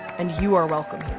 and you are welcome